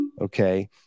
okay